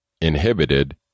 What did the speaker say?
inhibited